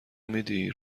میدی